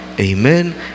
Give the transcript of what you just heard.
Amen